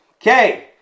Okay